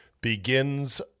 begins